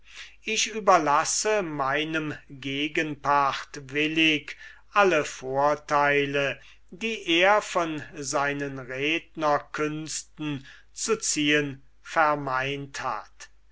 ich überlasse meinem gegenpart willig alle vorteile die er von seinen rednerkünsten zu ziehen vermeint hat